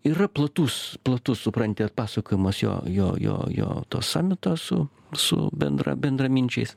yra platus platus supranti atpasakojimas jo jo jo jo to samito su su bendra bendraminčiais